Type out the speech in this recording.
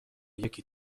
یکی